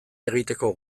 egiteko